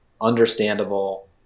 understandable